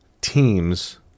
teams